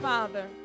Father